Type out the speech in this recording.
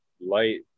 light